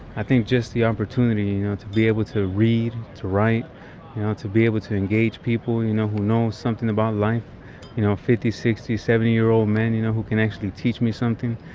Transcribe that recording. i think just the opportunity, you know, to be able to read, to write, you know to be able to engage people, you know, who know something about life you know, fifty, sixty, seventy year old men, you know, who can actually teach me something.